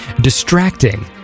distracting